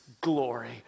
glory